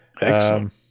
Excellent